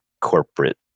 corporate